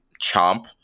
chomp